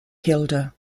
kilda